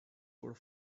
could